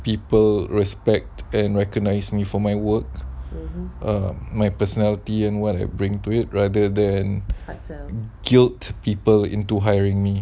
people respect and recognise me for my work um my personality and what I bring to it rather than guilt people into hiring me